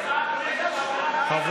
של חבר